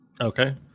Okay